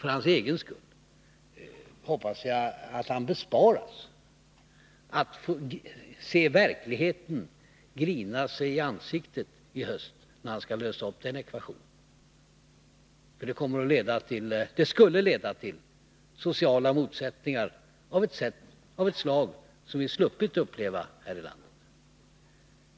För hans egen skull hoppas jag att han besparas att få se verkligheten grina sig i ansiktet i höst när han skall lösa den ekvationen. Det skulle leda till sociala motsättningar av det slag som vi hittills sluppit uppleva här i landet.